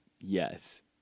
Yes